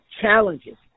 challenges